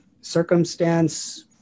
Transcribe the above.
circumstance